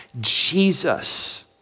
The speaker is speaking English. Jesus